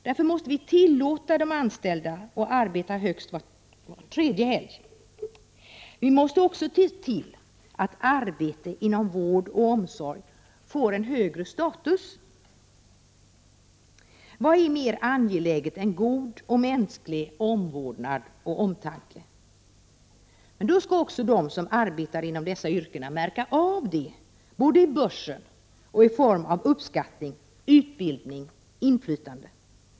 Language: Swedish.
Därför måste vi tillåta de anställda att arbeta högst var tredje helg. Vi måste också se till att arbete inom vård och omsorg får högre status. Vad är mer angeläget än god och mänsklig omvårdnad och omtanke? Då skall också de som arbetar inom dessa yrken märka av det, både i börsen och i form av uppskattning, utbildning och inflytande.